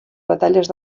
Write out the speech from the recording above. batalles